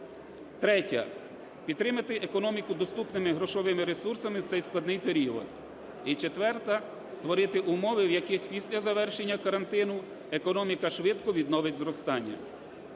Третє – підтримати економіку доступними грошовими ресурсами в цей складний період. І четверте – створити умови, в яких після завершення карантину економіка швидко відновить зростання.